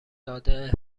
داده